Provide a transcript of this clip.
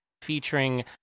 Featuring